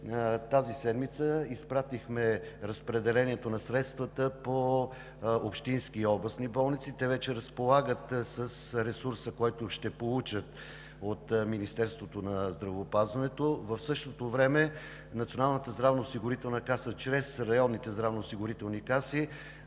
тази седмица изпратихме разпределението на средствата по общински и областни болници. Те вече разполагат с ресурса, който ще получат от Министерството на здравеопазването. В същото време от Националната здравноосигурителна каса чрез районните здравноосигурителни каси